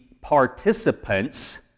participants